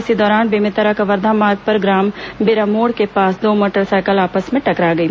इसी दौरान बेमेतरा कवर्धा मार्ग पर ग्राम बेरामोड़ के पास दो मोटरसाइकिल आपस में टकरा गई